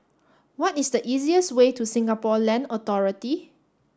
what is the easiest way to Singapore Land Authority